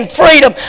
freedom